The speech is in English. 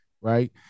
Right